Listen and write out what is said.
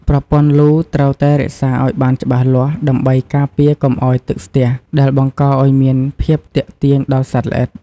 ប្រព័ន្ធលូត្រូវតែរក្សាឱ្យបានច្បាស់លាស់ដើម្បីការពារកុំឱ្យទឹកស្ទះដែលបង្កឲ្យមានភាពទាក់ទាញដល់សត្វល្អិត។